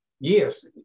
Yes